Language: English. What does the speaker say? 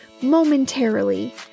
momentarily